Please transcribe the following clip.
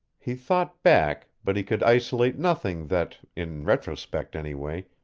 he thought back, but he could isolate nothing that, in retrospect anyway,